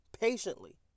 patiently